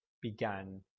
began